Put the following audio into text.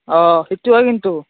অ' সেইটো হয় কিন্তু